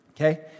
Okay